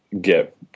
get